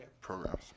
programs